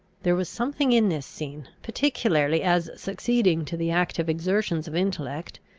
there was something in this scene, particularly as succeeding to the active exertions of intellect,